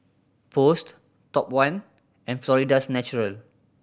Post Top One and Florida's Natural